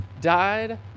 died